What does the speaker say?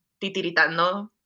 titiritando